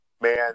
man